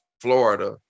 Florida